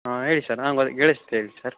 ಹಾಂ ಹೇಳಿ ಸರ್ ಹಾಂ ಗೊ ಕೇಳಸ್ತೆ ಹೇಳಿ ಸರ್